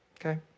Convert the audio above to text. Okay